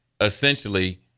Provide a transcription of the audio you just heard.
essentially